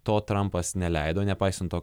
to trampas neleido nepaisant to